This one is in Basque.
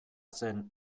zen